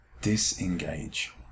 disengage